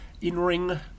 in-ring